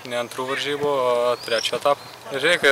ne antrų varžybų o trečio etapo reikia